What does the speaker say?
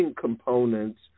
components